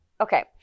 okay